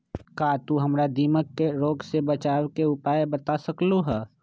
का तू हमरा दीमक के रोग से बचे के उपाय बता सकलु ह?